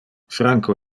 franco